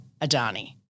Adani